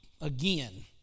again